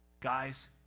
Guys